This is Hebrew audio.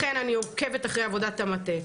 לכן אני עוקבת אחרי עבודת המטה,